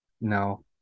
no